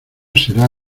será